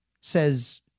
Says